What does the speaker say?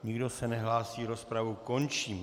Nikdo se nehlásí, rozpravu končím.